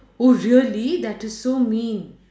oh really that is so mean